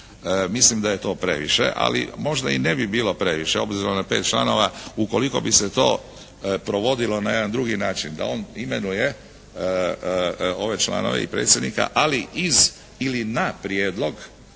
Mislim da je to previše, ali možda i ne bi bilo previše obzirom na pet članova ukoliko bi se to provodilo na jedan drugi način, da on imenuje ove članove i predsjednika ali iz ili na prijedlog